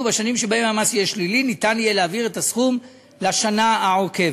ובשנים שבהן המס יהיה שלילי יהיה אפשר להעביר את הסכום לשנה העוקבת.